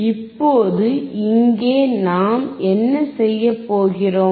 இப்போது இங்கே நாம் என்ன செய்யப்போகிறோம்